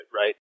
right